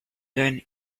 then